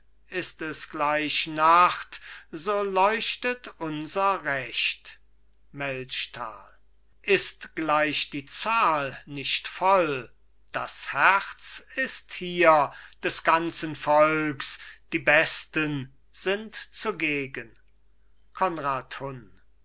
ist es gleich nacht so leuchtet unser recht melchtal ist gleich die zahl nicht voll das herz ist hier des ganzen volks die besten sind zugegen